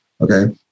okay